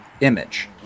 image